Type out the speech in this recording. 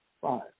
five